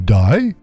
die